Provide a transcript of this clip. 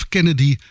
Kennedy